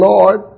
Lord